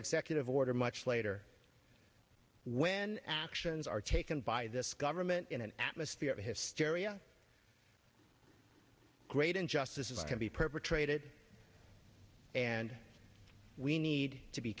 executive order much later when actions are taken by this government in an atmosphere of hysteria great injustice is i can be perpetrated and we need to be